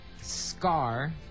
Scar